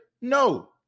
no